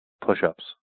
push-ups